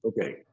Okay